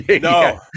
No